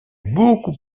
beaucoup